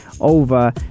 over